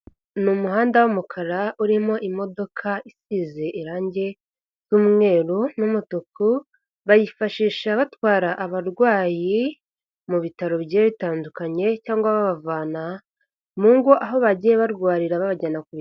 Ni umuhanda w'umukara urimo imodoka isize irange ry'umweru n'umutuku, bayifashisha batwara abarwayi mu bitaro bigiye bitandukanye cyangwa babavana mu ngo aho bagiye barwarira babajyana ku.....